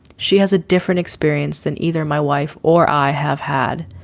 she has a different experience than either my wife or i have had.